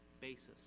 basis